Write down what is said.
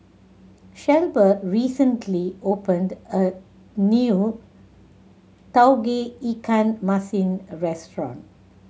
Shelba recently opened a new Tauge Ikan Masin restaurant